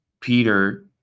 Peter